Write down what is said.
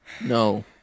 no